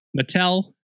Mattel